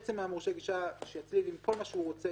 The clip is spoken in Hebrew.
מורשה הגישה שיצליב עם כל מה שהוא רוצה,